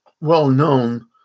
well-known